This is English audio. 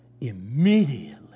immediately